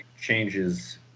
changes